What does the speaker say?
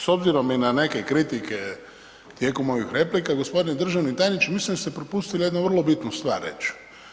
S obzirom i na neke kritike tijekom ovih replika, gospodine državni tajniče mislim da ste propustili jednu vrlo bitnu stvar reći.